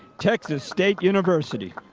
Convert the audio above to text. texas state university.